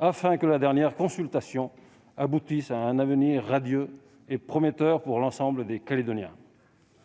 afin que la dernière consultation aboutisse à un avenir radieux et prometteur pour l'ensemble des Calédoniens.